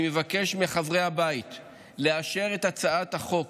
אני מבקש מחברי הבית לאשר את הצעת החוק,